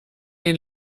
den